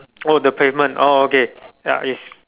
oh the pavement oh okay ya it's